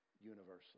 universal